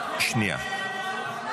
המזכיר טעה.